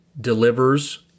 delivers